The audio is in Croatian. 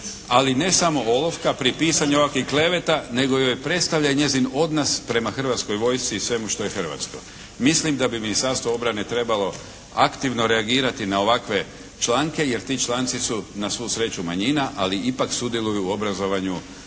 ali ne samo olovka pri pisanju ovakvih kleveta, nego joj predstavlja i njezin odnos prema Hrvatskoj vojsci i svemu što je hrvatsko. Mislim da bi Ministarstvo obrane trebalo aktivno reagirati na ovakve članke jer ti članci su na svu sreću manjina, ali ipak sudjeluju u obrazovanju